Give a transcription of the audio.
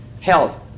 health